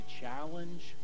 challenge